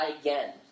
again